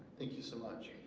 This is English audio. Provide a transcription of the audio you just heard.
thank you so much.